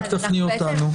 רק תפני אותנו.